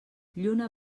lluna